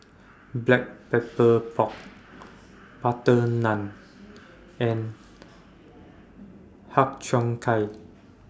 Black Pepper Pork Butter Naan and Har Cheong Gai